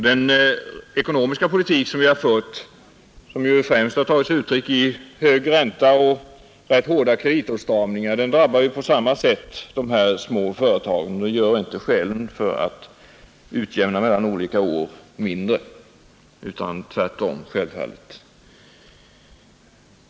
Den ekonomiska politik som vi fört, som främst tagit sig uttryck i hög ränta och rätt hård kreditåtstramning, drabbar de små företagen, och skälen för en resultatutjämning mellan olika år blir därigenom inte mindre. Tvärtom!